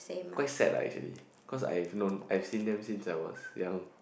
quite sad lah actually cause I've known I've seen them since I was young